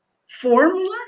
formula